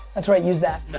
that's right, use that.